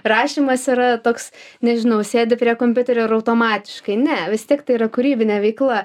rašymas yra toks nežinau sėdi prie kompiuterio ir automatiškai ne vis tiek tai yra kūrybinė veikla